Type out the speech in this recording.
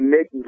Nick